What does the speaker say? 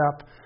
up